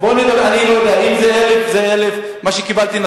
אם זה 1,000 זה 1,000. הנתון שקיבלתי זה